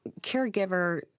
caregiver